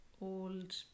old